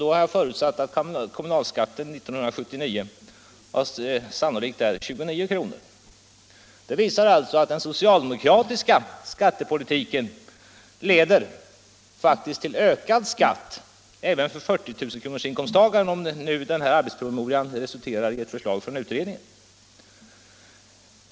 Då har man räknat med som sannolikt att den kommunala utdebiteringen det året stigit till 29 kr. Detta visar sålunda att den socialdemokratiska skattepolitiken faktiskt leder till ökad skatt även för de människor som har 40 000 kr. i inkomst — om nu arbetspromemorian resulterar i ett förslag från utredningen.